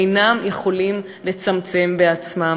אינם יכולים לצמצם בעצמם.